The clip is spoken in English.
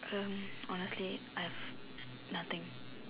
um honestly I have nothing